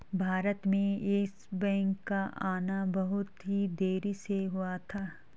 भारत में Yes Bank का आना बहुत ही देरी से हुआ था